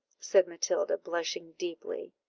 said matilda, blushing deeply.